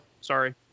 Sorry